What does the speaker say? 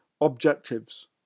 objectives